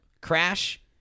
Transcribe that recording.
Crash